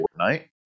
Fortnite